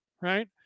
Right